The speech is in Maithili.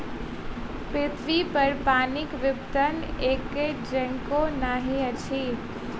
पृथ्वीपर पानिक वितरण एकै जेंका नहि अछि